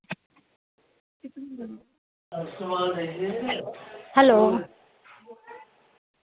hello